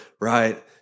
right